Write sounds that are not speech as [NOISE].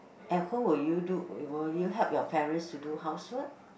[BREATH] at home will you do will you help your parents to do house work